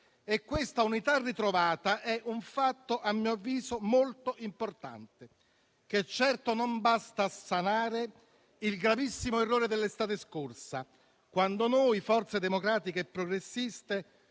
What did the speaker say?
E questa unità ritrovata è un fatto - a mio avviso - molto importante, che certo non basta a sanare il gravissimo errore dell'estate scorsa, quando noi forze democratiche e progressiste